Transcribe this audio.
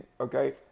okay